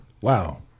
wow